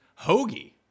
Hoagie